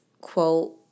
quote